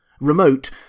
remote